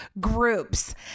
groups